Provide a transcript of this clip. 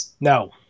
No